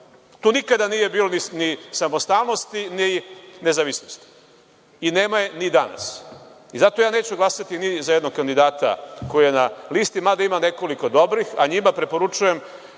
tu nikada nije bilo ni samostalnosti, ni nezavisnosti i nema je i danas. Zato ja neću glasati ni za jednog kandidata koji je na listi, mada ima nekoliko dobrih, a njima preporučujem